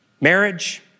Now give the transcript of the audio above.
marriage